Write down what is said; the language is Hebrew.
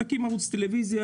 תקים ערוץ טלוויזיה,